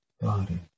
body